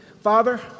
Father